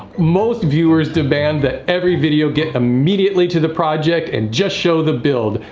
most viewers demand that every video get immediately to the project and just show the build.